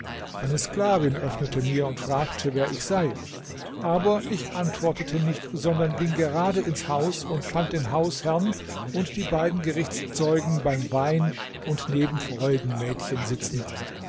eine sklavin öffnete mir und fragte wer ich sei aber ich antwortete nicht sondern ging gerade ins haus und fand den hausherrn und die beiden gerichtszeugen beim wein und neben freudenmädchen sitzend